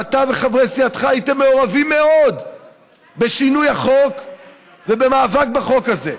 אתה וחברי סיעתך הייתם מעורבים מאוד בשינוי החוק ובמאבק בחוק הזה.